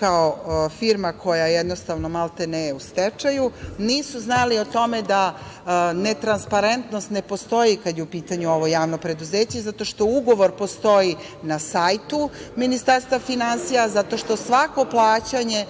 kao firma koja je, maltene, u stečaju. Nisu znali o tome da ne transparentnost ne postoji kad je u pitanju ovo javno preduzeće, zato što ugovor postoji na sajtu Ministarstva finansija, zato što svako plaćanje